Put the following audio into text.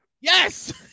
Yes